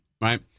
right